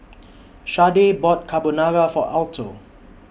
Shardae bought Carbonara For Alto